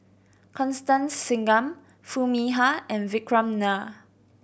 Constance Singam Foo Mee Har and Vikram Nair